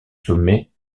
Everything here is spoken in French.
sommet